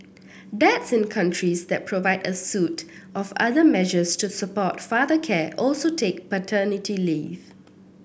dads in countries that provide a suite of other measures to support father care also take paternity leave